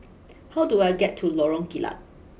how do I get to Lorong Kilat